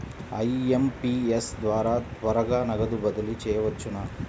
IMPS ద్వారా త్వరగా నగదు బదిలీ చేయవచ్చునా?